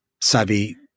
savvy